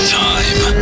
time